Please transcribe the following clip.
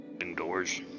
indoors